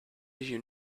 you